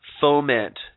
foment